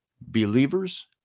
believers